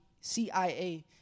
CIA